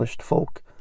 folk